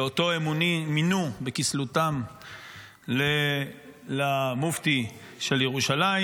שאותו הם מינו בכסילותם למופתי של ירושלים,